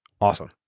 awesome